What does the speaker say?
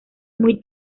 muy